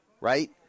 right